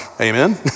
Amen